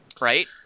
right